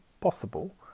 possible